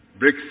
BRICS